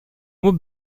mot